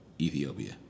Ethiopia